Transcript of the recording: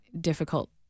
difficult